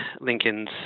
Lincoln's